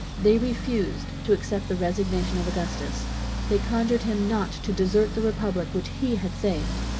they refused to accept the resignation of augustus they conjured him not to desert the republic, which he had saved.